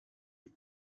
est